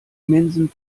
immensen